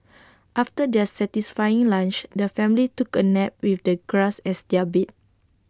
after their satisfying lunch the family took A nap with the grass as their bed